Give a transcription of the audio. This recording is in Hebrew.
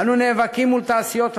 אנו נאבקים מול תעשיות רבות,